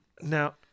Now